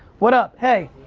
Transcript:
what up, hey.